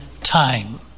time